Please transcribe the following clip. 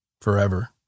forever